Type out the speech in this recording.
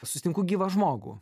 susitinku gyvą žmogų